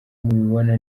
mubibona